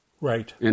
Right